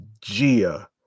Gia